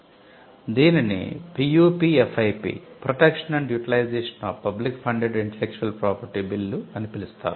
దీనిని PUPFIP bill అని పిలుస్తారు